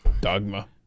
Dogma